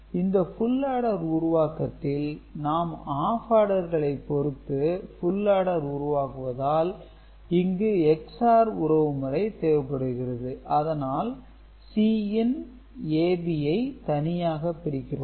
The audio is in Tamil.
A ⊕ B இந்த ஃபுல் ஆடர் உருவாக்கத்தில் நாம் ஆப் ஆடர்களை பொருத்து ஃபுல் ஆடர் உருவாக்குவதால் இங்கு XOR உறவுமுறை தேவைப்படுகிறது அதனால் Cin AB ஐ தனியாக பிரிக்கிறோம்